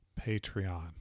Patreon